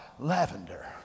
Lavender